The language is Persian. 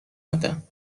ندم